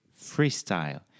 Freestyle